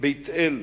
בית-אל,